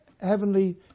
heavenly